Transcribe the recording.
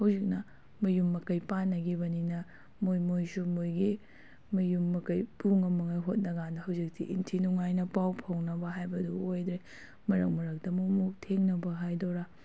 ꯍꯧꯖꯤꯛꯅ ꯃꯌꯨꯝ ꯃꯀꯩ ꯄꯥꯟꯅꯈꯤꯕꯅꯤꯅ ꯃꯣꯏ ꯃꯣꯏꯁꯨ ꯃꯣꯏꯒꯤ ꯃꯌꯨꯝ ꯃꯀꯩ ꯄꯨꯉꯝꯅꯕ ꯍꯣꯠꯅ ꯀꯥꯟꯗ ꯍꯧꯖꯤꯛꯇꯤ ꯏꯟꯊꯤ ꯅꯨꯡꯉꯥꯏꯅ ꯄꯥꯎ ꯐꯥꯎꯅꯕ ꯍꯥꯏꯕꯗꯨ ꯑꯣꯏꯗ꯭ꯔꯦ ꯃꯔꯛ ꯃꯔꯛꯇ ꯑꯃꯨꯛ ꯃꯨꯛ ꯊꯦꯡꯅꯕ ꯍꯥꯏꯗꯨꯔ